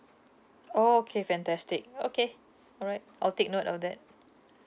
oh okay fantastic okay alright I'll take note of that